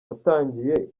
watangiye